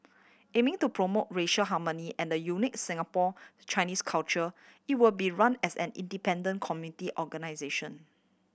aiming to promote racial harmony and the unique Singapore Chinese culture it will be run as an independent community organisation